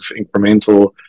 incremental